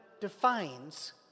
defines